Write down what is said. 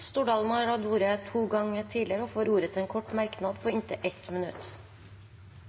Stordalen har hatt ordet to ganger tidligere og får ordet til en kort merknad, begrenset til 1 minutt.